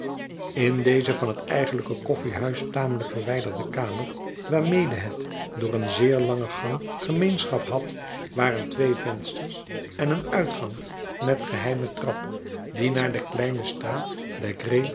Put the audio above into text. in deze van het eigenlijke koffiehuis tamelijk verwijderde kamer waarmede het door een zeer lange gang gemeenschap had waren twee vensters en een uitgang met geheime trap die naar de kleine straat